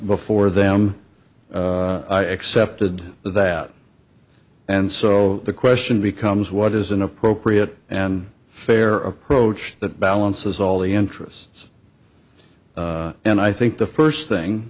before them i accepted that and so the question becomes what is an appropriate and fair approach that balances all the interests and i think the first thing